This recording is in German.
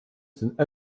sind